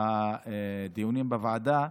הדיונים בוועדה,